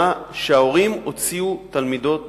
שההורים הוציאו תלמידות מבית-הספר.